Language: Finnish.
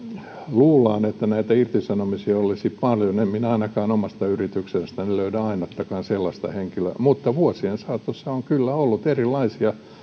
luullaan että näitä irtisanomisia olisi paljon niin en minä ainakaan omasta yrityksestäni löydä ainuttakaan sellaista henkilöä mutta vuosien saatossa on kyllä ollut erilaisia